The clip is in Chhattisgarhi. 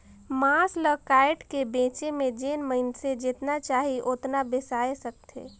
मांस ल कायट के बेचे में जेन मइनसे जेतना चाही ओतना बेसाय सकथे